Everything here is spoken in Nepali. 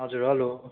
हजुर हेलो